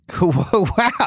Wow